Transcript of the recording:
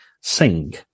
sing